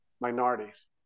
minorities